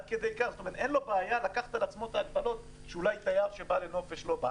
כלומר אין לו בעיה לקחת על עצמו את ההגבלות שאולי תייר שבא לנופש,